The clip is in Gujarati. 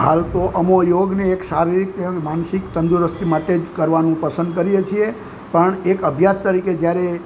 હાલ તો અમો યોગને શારીરિક અને માનસિક તંદુરસ્તી માટે જ કરવાનું પસંદ કરીએ છીએ પણ એક અભ્યાસ તરીકે જ્યારે